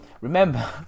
Remember